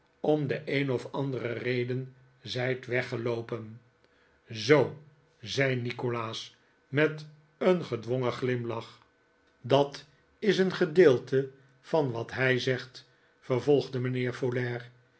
om de een of andere reden zijt weggeloopen mmmf nikolaas nickleby zoo zei nikolaas met een gedwongen glimlach dat is een gedeelte van wat hij zegt vervolgde mijnheer folair